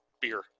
beer